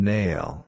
Nail